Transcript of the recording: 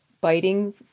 biting